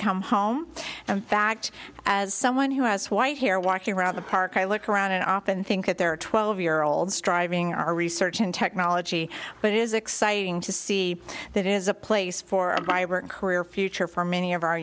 come home and fact as someone who has white hair walking around the park i look around and i often think that there are twelve year olds driving our research in technology but it is exciting to see that is a place for a vibrant career future for many of our